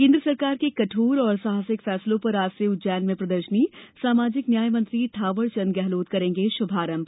केन्द्र सरकार के कठोर और साहसिक फैसलो पर आज से उज्जैन में प्रदर्शनी सामाजिक न्याय मंत्री थांवदचंद गहलोत करेंगे शुभारंभ